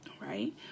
Right